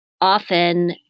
Often